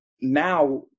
now